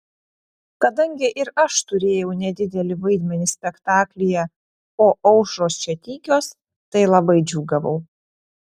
kadangi ir aš turėjau nedidelį vaidmenį spektaklyje o aušros čia tykios tai labai džiūgavau